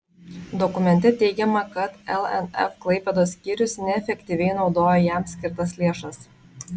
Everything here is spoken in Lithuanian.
dokumente teigiama kad lnf klaipėdos skyrius neefektyviai naudojo jam skirtas lėšas